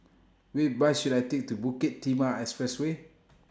Which Bus should I Take to Bukit Timah Expressway